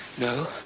No